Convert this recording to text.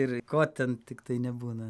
ir ko ten tiktai nebūna